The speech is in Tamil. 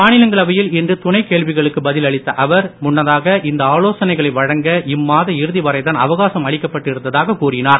மாநிலங்களவையில் இன்று துணைக் கேள்விகளுக்கு பதில் அளித்த அவர் முன்னதாக இந்த ஆலோசனைகளை வழங்க இம்மாத இறுதி வரைதான் அவகாசம் அளிக்கப்பட்டு இருந்ததாக கூறினார்